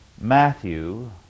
Matthew